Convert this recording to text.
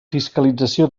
fiscalització